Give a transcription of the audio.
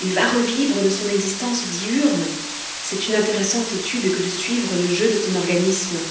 il va revivre de son existence diurne c'est une intéressante étude que de suivre le jeu de son organisme